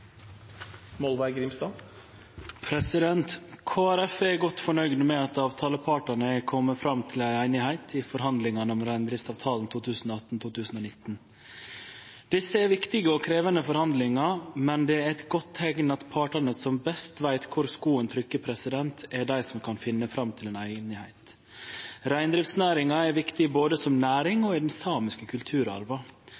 kultur. Kristeleg Folkeparti er godt fornøgd med at avtalepartane har kome fram til einigheit i forhandlingane om reindriftsavtalen 2018/2019. Desse er viktige og krevjande forhandlingar, men det er eit godt teikn at partane som best veit kor skoen trykkjer, er dei som kan finne fram til einigheit. Reindriftsnæringa er viktig både som næring